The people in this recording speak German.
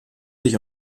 sich